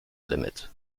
limit